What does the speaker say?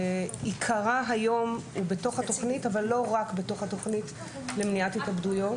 עיקרה היום הוא בתוך התוכנית אבל לא רק בתוך התוכנית למניעת התאבדויות.